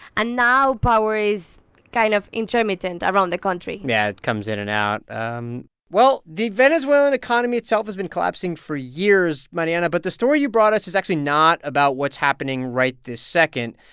and now, power is kind of intermittent around the country yeah. it comes in and out um well, the venezuelan economy itself has been collapsing for years, mariana, but the story you brought us is actually not about what's happening right this second.